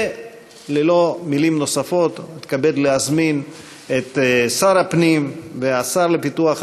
וללא מילים נוספות מתכבד להזמין את שר הפנים והשר לפיתוח הפריפריה,